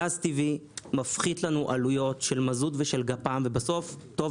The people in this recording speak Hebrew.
גז טבעי מפחית לנו עלויות של מזוט ושל גפ"מ ובסוף זה טוב